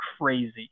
crazy